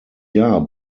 jahr